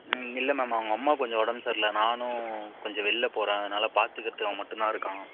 இல்லை மேம் அவங்க அம்மாக்கு கொஞ்சம் ஒடம்பு சரில்ல நானும் கொஞ்சம் வெளில போகிறேன் அதனால் பார்த்துக்கறத்துக்கு அவன் மட்டும் தான் இருக்கான்